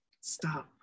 Stop